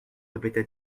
répéta